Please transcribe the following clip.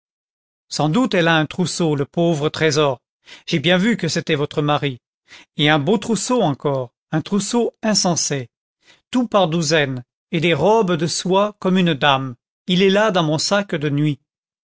sans doute elle a un trousseau le pauvre trésor j'ai bien vu que c'était votre mari et un beau trousseau encore un trousseau insensé tout par douzaines et des robes de soie comme une dame il est là dans mon sac de nuit